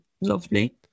lovely